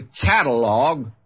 catalog